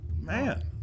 Man